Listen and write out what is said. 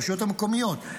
הרשויות המקומיות,